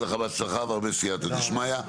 שיהיה לך בהצלחה והרבה סייעתא דשמיא.